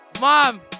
Mom